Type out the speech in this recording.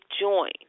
join